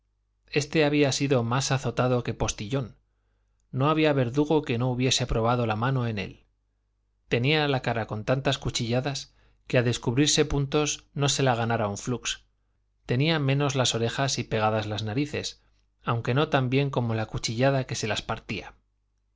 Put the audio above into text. este había sido más azotado que postillón no había verdugo que no hubiese probado la mano en él tenía la cara con tantas cuchilladas que a descubrirse puntos no se la ganara un flux tenía menos las orejas y pegadas las narices aunque no tan bien como la cuchillada que se las partía